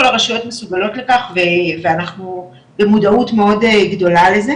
הרשויות מסוגלות לכך ואנחנו עם מודעות מאוד גדולה לזה,